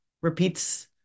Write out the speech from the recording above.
repeats